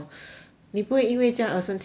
你不会因为这样而生气他吗